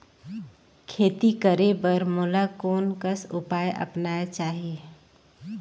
खेती करे बर मोला कोन कस उपाय अपनाये चाही?